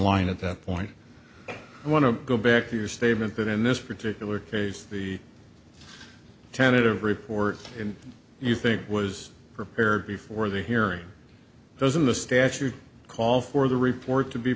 line at that point i want to go back to your statement that in this particular case the tentative report you think was prepared before the hearing those in the statute call for the report to be